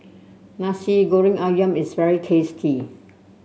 Nasi Goreng ayam is very tasty